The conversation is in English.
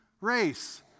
race